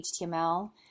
HTML